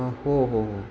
हो हो हो